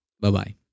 Bye-bye